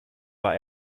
war